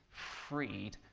freed,